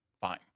Fine